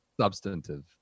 substantive